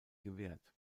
gewährt